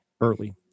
Early